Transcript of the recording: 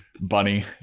Bunny